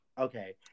Okay